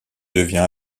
devient